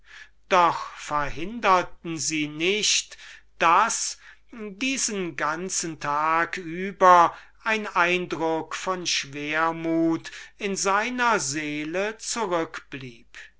doch verhinderten sie nicht daß diesen ganzen tag über ein eindruck von schwermut und traurigkeit in seinem